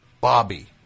Bobby